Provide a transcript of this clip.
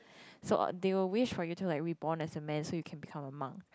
so uh they will wish for you to like reborn as a man so you can become a monk